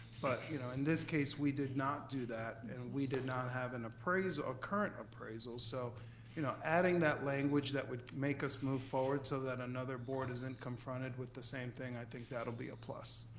but you know in this case we did not do that, and we did not have and a current appraisal. so you know adding that language that would make us move forward so that another board isn't confronted with the same thing, i think that'll be a plus.